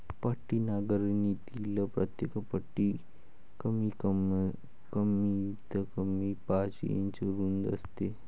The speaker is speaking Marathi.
पट्टी नांगरणीतील प्रत्येक पट्टी कमीतकमी पाच इंच रुंद असते